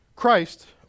Christ